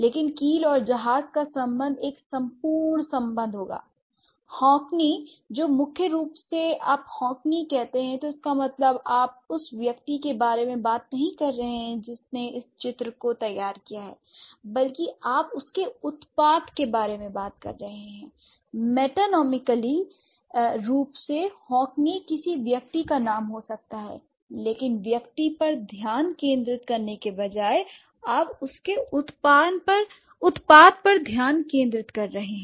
लेकिन कील और जहाज का संबंध एक संपूर्ण सम्बंध होगा l हॉकनी जो मुख्य रूप से आप हॉकनी कहते हैं तो इसका मतलब है आप उस व्यक्ति के बारे में बात नहीं कर रहे हैं जिसने इस चित् को तैयार किया है बल्कि आप उसके उत्पाद के बारे में बात कर रहे हैं l मेटोनिमीकली रूप से हॉकनी किसी व्यक्ति का नाम हो सकता है लेकिन व्यक्ति पर ध्यान केंद्रित करने के बजाय आप उत्पाद पर ध्यान केंद्रित कर रहे हैं